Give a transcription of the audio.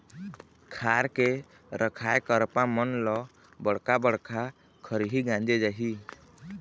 खार के रखाए करपा मन ल बड़का बड़का खरही गांजे जाही